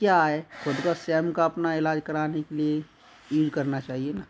क्या है खुद का स्वयं का अपना इलाज कराने के लिए करना चाहिए ना